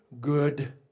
good